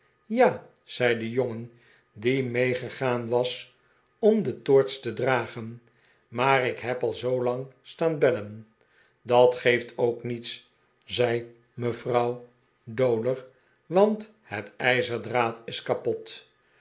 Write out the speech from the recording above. ja zei de jongen die meegegaan was om de toorts te dragen maar ik heb al zoolang staan bellen dat geeft ook niets zei mevrouw dowler want het ijzerdraad is kapot